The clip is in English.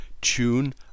tune